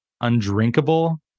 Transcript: undrinkable